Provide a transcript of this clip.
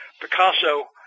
Picasso